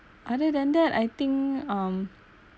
other than that I think um